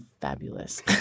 fabulous